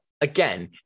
again